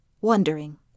wondering